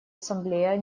ассамблея